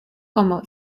como